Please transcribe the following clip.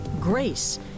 Grace